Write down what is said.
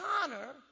Connor